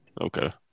Okay